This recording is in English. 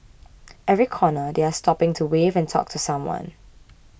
every corner they are stopping to wave and talk to someone